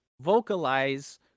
vocalize